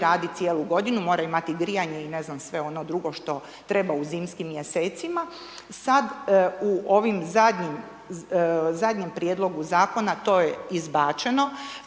radi cijelu mora imati grijanje i ne znam sve ono drugo što treba u zimskim mjesecima. Sad u ovim zadnjim, zadnjem prijedlogu zakona to je izbačeno,